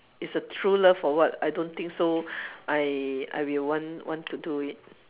it's a true love or what I don't think so I I will want want to do it